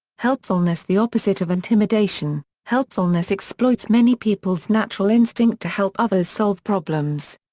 helpfulness the opposite of intimidation, helpfulness exploits many people's natural instinct to help others solve problems.